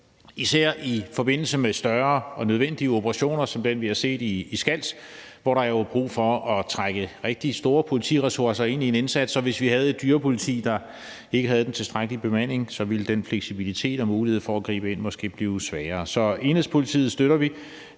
især i forbindelse med større og nødvendige operationer som den, vi har set i Skals, hvor der jo er brug for at trække rigtig store politiressourcer ind i en indsats. Hvis vi havde et dyrepoliti, der ikke havde den tilstrækkelige bemanding, ville den fleksibilitet og mulighed for at gribe ind måske blive svagere. Så vi støtter